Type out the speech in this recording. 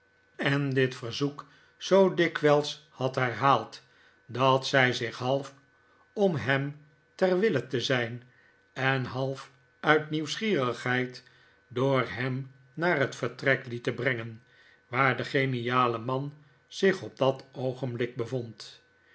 en dit verzoek zoo dikwijls had herhaald dat zij zich half om hem ter wille te zijn en half uit nieuwsgierigheid door hem naar het vertrek lieten brengen waar de geniale man zich op dat oogenblik bevond